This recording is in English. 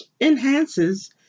enhances